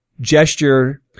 gesture